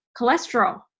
cholesterol